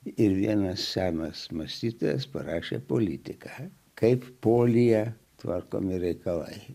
ir vienas senas mąstytojas parašė politiką kaip polyje tvarkomi reikalai